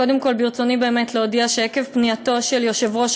קודם כול ברצוני באמת להודיע שעקב פנייתו של יושב-ראש